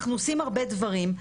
אנחנו עושים הרבה דברים,